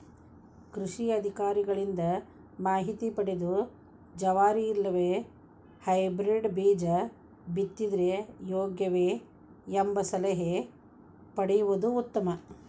ಕೃಷಿ ಅಧಿಕಾರಿಗಳಿಂದ ಮಾಹಿತಿ ಪದೆದು ಜವಾರಿ ಇಲ್ಲವೆ ಹೈಬ್ರೇಡ್ ಬೇಜ ಬಿತ್ತಿದರೆ ಯೋಗ್ಯವೆ? ಎಂಬ ಸಲಹೆ ಪಡೆಯುವುದು ಉತ್ತಮ